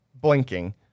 blinking